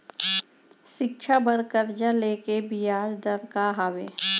शिक्षा बर कर्जा ले के बियाज दर का हवे?